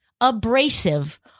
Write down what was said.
abrasive